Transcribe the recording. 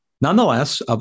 Nonetheless